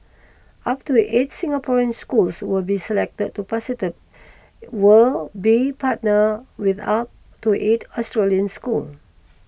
up to eight Singaporean schools will be selected to will be partnered with up to eight Australian schools